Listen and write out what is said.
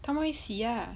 他们会洗 ah